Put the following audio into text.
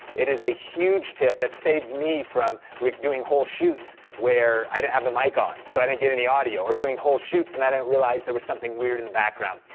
it is a huge tip that saved me from doing whole shoots where i didn't have the mic on. so i didn't get any audio, or doing whole shoots and i didn't realize there was something weird in the background.